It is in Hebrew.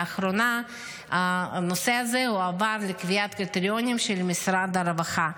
לאחרונה הנושא הזה הועבר לקביעת קריטריונים של משרד הרווחה.